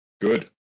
Good